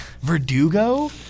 Verdugo